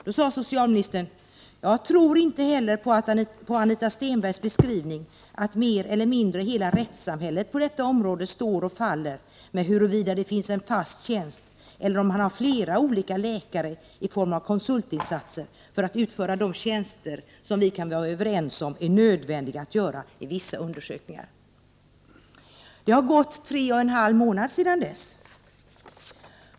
Då sade socialministern: ”Jag tror inte heller på Anita Stenbergs beskrivning, att mer eller mindre hela rättssamhället på detta område står och faller med huruvida det finns en fast tjänst eller om man har flera olika läkare i form av konsultinsatser för att utföra de tjänster som vi kan vara överens om är nödvändiga att göra i vissa undersökningar.” Det har gått tre och en halv månad sedan dess.